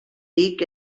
vic